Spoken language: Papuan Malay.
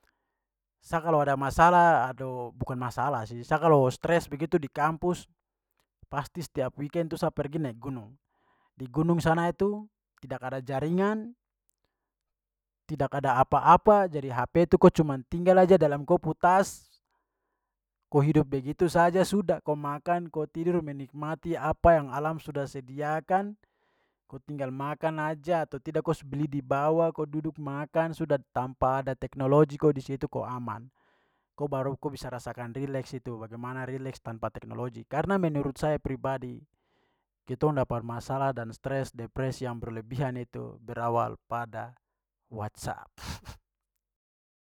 Sa kalo ada masalah, aduh, bukan masalah sih, sa kalo stres begitu di kampus pasti setiap weekend itu sa pergi naik gunung. Di gunung sana itu tidak ada jaringan, tidak ada apa-apa, jadi HP itu ko cuma tinggal aja dalam ko pu tas, ko hidup begitu saja, sudah. Ko makan, ko tidur, menikmati apa yang alam sudah sediakan, ko tinggal makan aja atau tidak ko su beli di bawah kau duduk makan, sudah. Tampa ada teknologi ko di situ ko aman. Ko baru ko bisa rasakan rileks itu, bagaimana rileks tanpa teknologi. Karena menurut saya pribadi, kitong dapat masalah dan stres depresi yang berlebihan itu berawal pada whatsapp.